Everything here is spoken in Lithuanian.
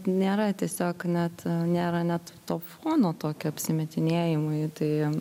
nėra tiesiog net nėra net to fono tokio apsimetinėjimui tai